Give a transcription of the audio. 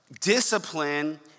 Discipline